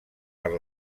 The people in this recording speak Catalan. per